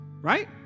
Right